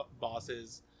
bosses